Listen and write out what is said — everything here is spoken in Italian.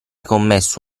commesso